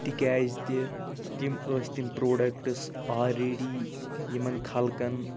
تِکیٛاز تہِ تِم ٲسۍ تم پرٛوڈَکٹٕس آلریٚڈی یمن خلقَن